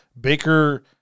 Baker